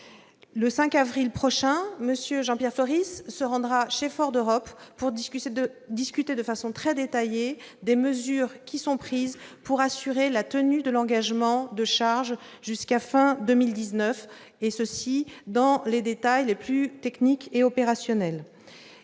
Le 5 avril prochain, M. Floris se rendra chez Ford Europe, afin de discuter de façon très détaillée des mesures qui seront prises pour assurer la tenue de l'engagement de charges jusqu'à la fin de 2019, et ce dans les détails les plus techniques et opérationnels.